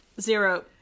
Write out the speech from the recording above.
zero